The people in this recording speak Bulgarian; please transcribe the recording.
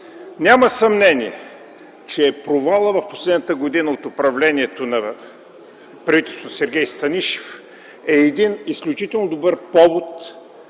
Няма съмнение, че провалът през последната година от управлението на Сергей Станишев е един изключително добър повод